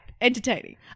entertaining